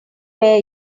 wear